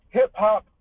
Hip-hop